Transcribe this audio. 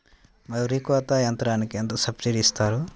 వరి కోత యంత్రంకి ఎంత సబ్సిడీ ఇస్తారు?